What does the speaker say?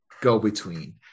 go-between